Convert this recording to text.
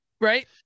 right